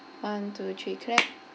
one two three clap